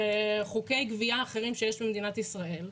חוקי גבייה אחרים שיש במדינת ישראל.